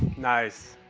nice.